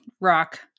Rock